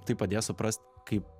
tai padėjo suprast kaip